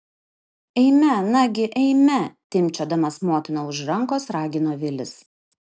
eime nagi eime timpčiodamas motiną už rankos ragino vilis